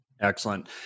Excellent